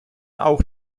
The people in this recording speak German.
auch